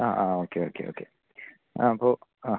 ആ ആ okay okay okay ആ അപ്പോൾ ആ